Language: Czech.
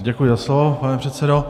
Děkuji za slovo, pane předsedo.